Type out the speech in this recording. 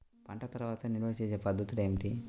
పంట తర్వాత నిల్వ చేసే పద్ధతులు ఏమిటి?